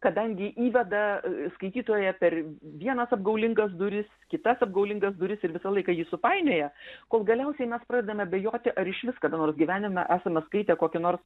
kadangi įveda skaitytoją per vienas apgaulingas duris kitas apgaulingas duris ir visą laiką jį supainioja kol galiausiai mes pradedam abejoti ar išvis kada nors gyvenime esame skaitę kokį nors